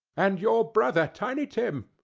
and your brother, tiny tim!